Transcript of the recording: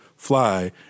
fly